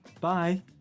bye